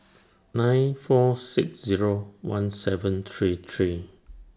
nine four six Zero one seven three three